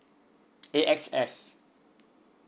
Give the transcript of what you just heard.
A X S